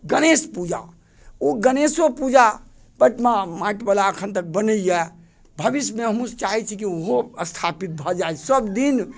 गणेश पूजा ओ गणेशो पूजा प्रतिमा माटि बला अखन तक बनैया भविष्यमे हमहुँ चाहै छी कि ओहो स्थापित भऽ जाइ सभ दिन